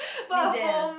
live there ah